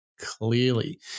clearly